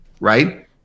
right